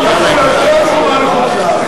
לא יכול להיות.